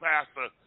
Pastor